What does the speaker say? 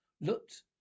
looked